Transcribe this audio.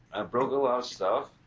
broke a lot of stuff.